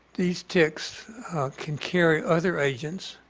these ticks can carry other agents.